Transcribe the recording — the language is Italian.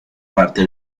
parte